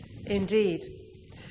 Indeed